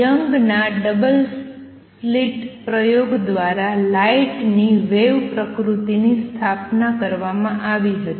યંગના double slit પ્રયોગ દ્વારા light ની વેવ પ્રકૃતિની સ્થાપના કરવામાં આવી હતી